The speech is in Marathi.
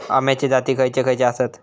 अम्याचे जाती खयचे खयचे आसत?